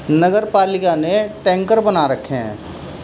نگر پالکا نے ٹینکر بنا رکھے ہیں